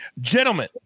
gentlemen